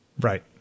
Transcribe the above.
Right